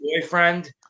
boyfriend